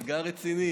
זה אתגר רציני.